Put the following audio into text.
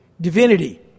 divinity